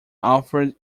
alfred